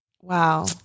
Wow